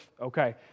Okay